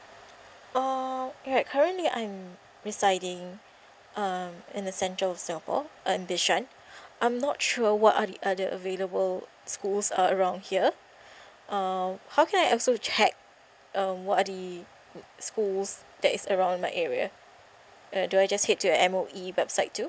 um right currently I'm residing um in the central singapore um bishan I'm not sure what are the other available schools uh around here um how can I also check uh what are the schools that is around my area uh do I just head to M_O_E website too